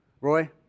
Roy